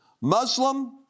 Muslim